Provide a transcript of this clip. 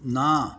ਨਾ